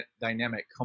dynamic